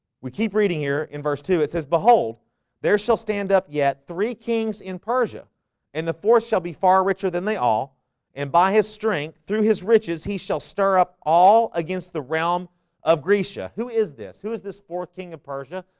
we keep reading here in verse two it says behold there shall stand up yet three kings in persia and the force shall be far richer than they all and by his drink through his riches he shall stir up all against the realm of grisha. who is this? who is this forth king of persia?